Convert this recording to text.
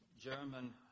German